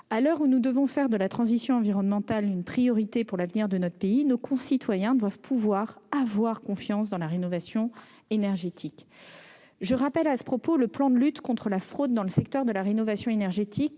À l'heure où nous devons faire de la transition environnementale une priorité pour l'avenir de notre pays, nos concitoyens doivent pouvoir avoir confiance dans la rénovation énergétique. Je le rappelle, le plan de lutte contre la fraude dans le secteur de la rénovation énergétique,